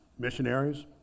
Missionaries